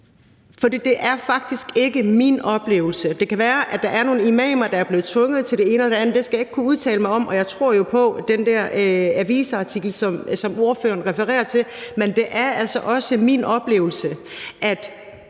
For det er faktisk min oplevelse – og det kan være, at der er nogle imamer, der er blevet tvunget til det ene eller det andet, det skal jeg ikke kunne udtale mig om, og jeg tror jo på den der avisartikel, som ordføreren refererer til – at de fleste tyrkiske imamer er ganske